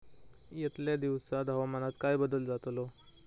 यतल्या दिवसात हवामानात काय बदल जातलो?